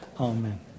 Amen